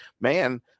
man